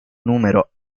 numero